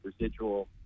residual